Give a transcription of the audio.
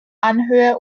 anhöhe